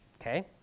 okay